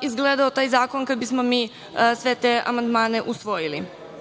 izgledao taj zakon kada bi smo mi sve te amandmane usvojili. Upravo